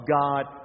God